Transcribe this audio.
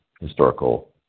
Historical